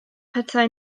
petai